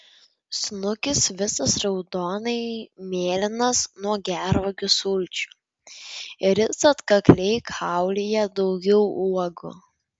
snukis visas raudonai mėlynas nuo gervuogių sulčių ir jis atkakliai kaulija daugiau uogų